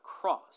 cross